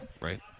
right